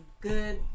good